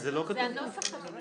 זה לא כתוב פה?